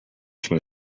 from